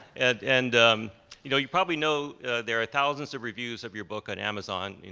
and and you know you probably know there are thousands of reviews of your book on amazon,